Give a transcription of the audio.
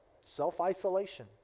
self-isolation